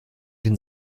den